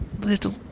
little